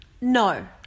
No